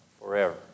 forever